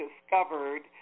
discovered